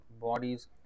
bodies